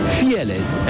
fearless